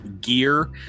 gear